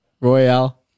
royale